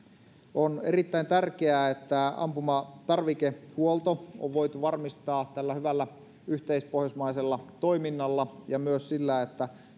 on erittäin tärkeää että ampumatarvikehuolto on voitu varmistaa tällä hyvällä yhteispohjoismaisella toiminnalla ja myös sillä että